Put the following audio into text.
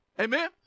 Amen